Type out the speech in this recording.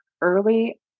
early